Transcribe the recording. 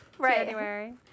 January